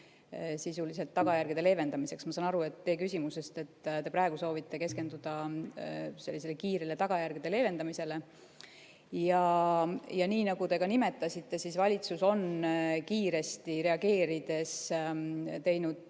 sisuliselt tagajärgede leevendamisest. Ma saan teie küsimusest aru, et te praegu soovite keskenduda kiirele tagajärgede leevendamisele. Ja nagu te ka nimetasite, siis valitsus on kiiresti reageerides teinud